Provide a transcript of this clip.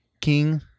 king